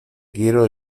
quiero